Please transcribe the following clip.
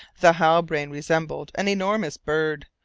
the halbrane resembled an enormous bird,